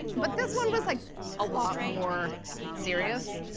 but this one was like a lot more serious.